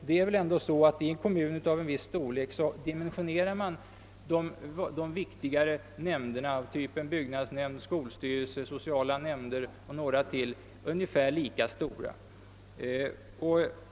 I en kommun av en viss storlek dimensionerar man väl de viktigare nämnderna av typen byggnadsnämnd, skolstyrelse och socialnämnd ungefär lika stora.